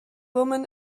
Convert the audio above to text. woman